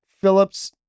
Phillips